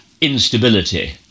instability